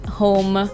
home